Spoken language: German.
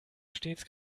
stets